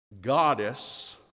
goddess